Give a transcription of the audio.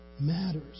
matters